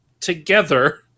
together